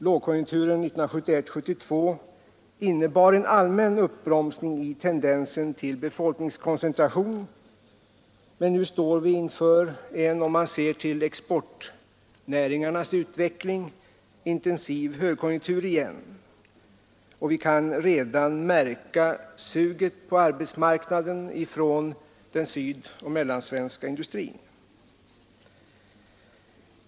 Lågkonjunturen 1971—1972 innebar en allmän uppbromsning av tendensen till befolkningskoncentration, men nu står vi inför en om man ser till exportnäringarnas utveckling intensiv högkonjuntur igen, och vi kan redan märka suget på arbetsmarknaden från den sydoch mellansvenska industrin.